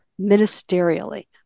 ministerially